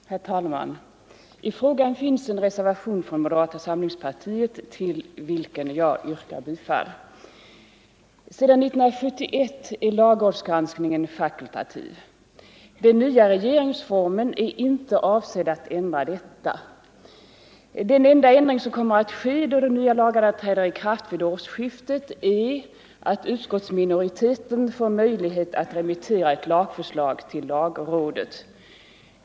Herr talman! I frågan finns en reservation från moderata samlingspartiet, till vilken jag yrkar bifall. Sedan 1971 är lagrådsgranskningen fakultativ. Den nya regeringsformen är inte avsedd att ändra detta. Den enda ändring som kommer att ske då de nya lagarna träder i kraft vid årsskiftet är att en utskottsminoritet får möjlighet att remittera ett lagförslag till lagrådet.